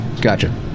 Gotcha